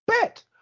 Bet